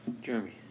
Jeremy